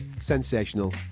sensational